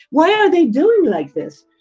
why are they doing like this?